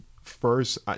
First